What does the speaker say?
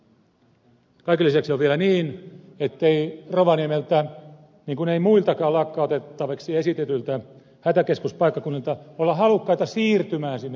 kaiken lisäksi on vielä niin ettei rovaniemeltä niin kuin ei muiltakaan lakkautettaviksi esitetyiltä hätäkeskuspaikkakunnilta olla halukkaita siirtymään sinne uuteen paikkaan